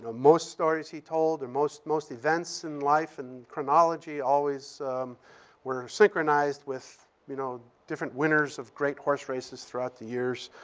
ah most stories he told, and most most events in life, and chronology, always were synchronized with you know different winners of great horse races throughout the years.